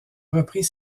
repris